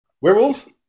werewolves